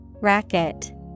Racket